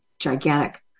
gigantic